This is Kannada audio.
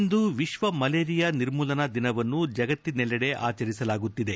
ಇಂದು ವಿಶ್ವ ಮಲೇರಿಯಾ ನಿರ್ಮೂಲನಾ ದಿನವನ್ನು ಜಗತ್ತಿನೆಲ್ಲಡೆ ಆಚರಿಸಲಾಗುತ್ತಿದೆ